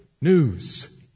news